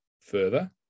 Further